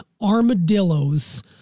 armadillos